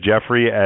Jeffrey